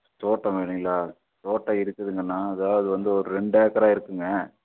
தோட்டம் வேணுங்களா தோட்டம் இருக்குதுங்கண்ணா அது அது வந்து ஒரு ரெண்டு ஏக்கரா இருக்குதுங்க